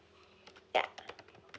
ya